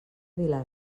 vila